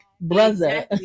brother